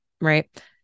right